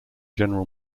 general